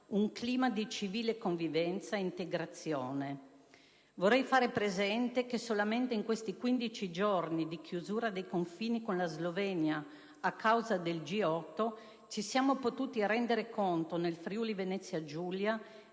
un clima di civile convivenza ed integrazione. Vorrei fare presente che, solamente in questi quindici giorni di chiusura dei confini con la Slovenia a causa del G8, ci siamo potuti rendere conto nel Friuli Venezia Giulia